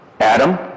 Adam